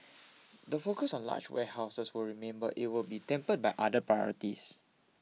the focus on large warehouses will remain but it will be tempered by other priorities